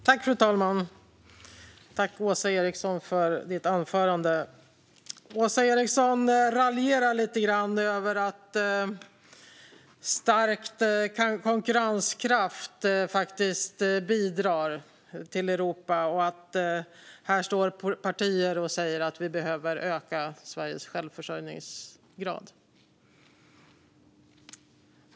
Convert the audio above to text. Fru talman! Tack, Åsa Eriksson, för ditt anförande! Åsa Eriksson raljerar lite grann över att stärkt konkurrenskraft faktiskt bidrar till Europa och att partier står här och säger att vi behöver öka Sveriges självförsörjningsgrad.